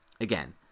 again